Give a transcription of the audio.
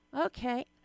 okay